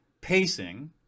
pacing